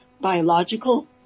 biological